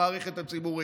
במערכת הציבורית.